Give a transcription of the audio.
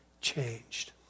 changed